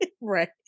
right